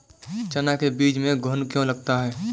चना के बीज में घुन क्यो लगता है?